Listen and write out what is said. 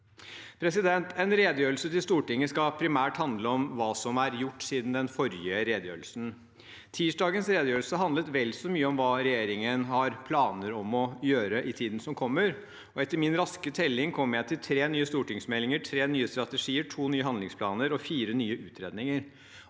MannsForum. En redegjørelse til Stortinget skal primært handle om hva som er gjort siden den forrige redegjørelsen. Tirsdagens redegjørelse handlet vel så mye om hva regjeringen har planer om å gjøre i tiden som kommer. Etter min raske telling kom jeg til tre nye stortingsmeldinger, tre nye strategier, to nye handlingsplaner og fire nye utredninger.